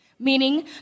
Meaning